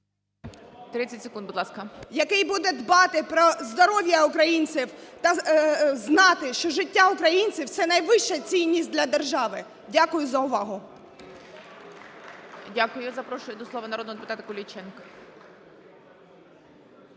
Який буде дбати про здоров'я українців та знати, що життя українців – це найвища цінність для держави. Дякую за увагу.